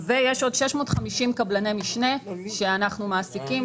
ויש עוד 650 קבלני משנה שאנחנו מעסיקים,